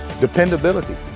Dependability